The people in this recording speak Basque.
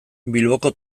bilboko